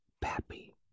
Pappy